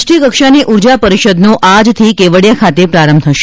રાષ્ટ્રીયકક્ષાની ઊર્જા પરિષદનો આજથી કેવડીયા ખાતે પ્રારંભ થશે